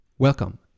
Welcome